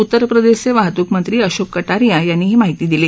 उत्तर प्रदेशाचे वाहत्कमंत्री अशोक कटारिया यांनी ही माहिती दिली